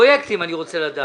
הפרויקטים אני רוצה דעת.